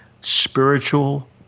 spiritual